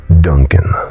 Duncan